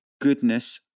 goodness